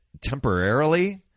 temporarily